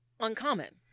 uncommon